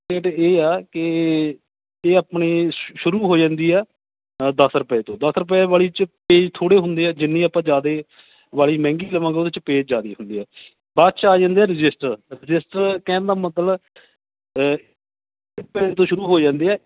rate ਇਹ ਆ ਕਿ ਇਹ ਆਪਣੇ ਸ਼ੁ ਸ਼ੁਰੂ ਹੋ ਜਾਂਦੀ ਆ ਅ ਦਸ ਰੁਪਏ ਤੋਂ ਦਸ ਰੁਪਏ ਵਾਲੀ 'ਚ ਪੇਜ਼ ਥੋੜ੍ਹੇ ਹੁੰਦੇ ਆ ਜਿੰਨੀ ਆਪਾਂ ਜ਼ਿਆਦਾ ਵਾਲੀ ਮਹਿੰਗੀ ਲਵਾਂਗੇ ਉਹਦੇ 'ਚ ਪੇਜ ਜ਼ਿਆਦਾ ਹੁੰਦੇ ਆ ਬਾਅਦ 'ਚ ਆ ਜਾਂਦੇ ਆ ਰਜਿਸਟਰ ਰਜਿਸਟਰ ਕਹਿਣ ਦਾ ਮਤਲਬ ਤੋਂ ਸ਼ੁਰੂ ਹੋ ਜਾਂਦੇ ਆ